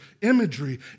imagery